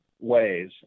ways